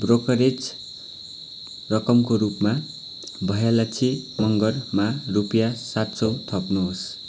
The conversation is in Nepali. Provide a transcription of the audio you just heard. ब्रोकरेज रकमको रूपमा भयलक्षी मँगरमा रुपियाँ सात सौ थप्नुहोस्